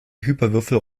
hyperwürfel